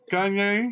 Kanye